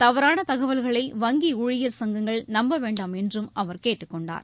தவறான தகவல்களை வங்கி ஊழியர் சங்கங்கள் நம்ப வேண்டாம் என்றும் அவர் கேட்டுக் கொண்டார்